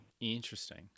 Interesting